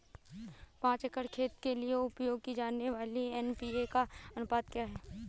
पाँच एकड़ खेत के लिए उपयोग की जाने वाली एन.पी.के का अनुपात क्या है?